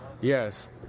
Yes